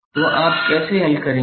तो आप कैसे हल करेंगे